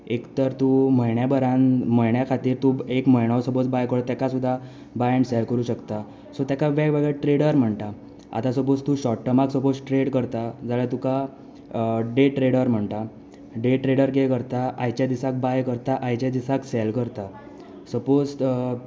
एक तर तूं म्हयन्या बरान म्हयन्या खातीर तूं एक म्हयनो सुदा सपोज बाय केलो जाल्यार तेका सुदा बाय एंड सेल करूं शकता सो तेका वेगवेगळे ट्रेडर म्हणटा आतां सपोज तूं शोट टर्माक सपोज ट्रेड करता जाल्यार तुका डे ट्रेडर म्हणटा डे ट्रेडर कितें करता आयच्या दिसा बाय करता आयच्या दिसाक सॅल करता सपोज